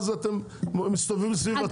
מה זה אתם מסתובבים סביב הציר,